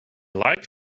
like